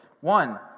One